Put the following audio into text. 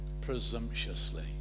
presumptuously